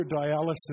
dialysis